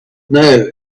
know